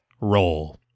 roll